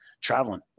traveling